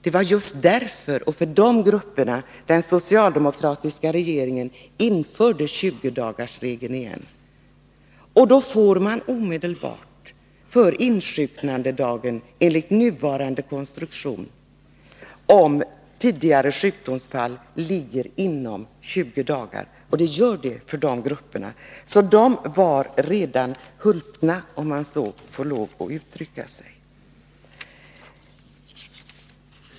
Det var just för de grupperna som den socialdemokratiska regeringen införde 20-dagarsregeln igen. Då får man enligt nuvarande konstruktion omedelbart ersättning för insjuknandedagen, om tidigare sjukdomsfall ligger inom 20 dagar. Och det gör den för de grupperna. Så de var redan hulpna, om man så får uttrycka sig.